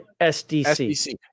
SDC